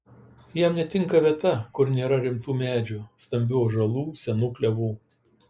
jam netinka vieta kur nėra rimtų medžių stambių ąžuolų senų klevų